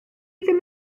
ddim